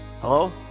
hello